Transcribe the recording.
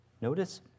Notice